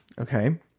Okay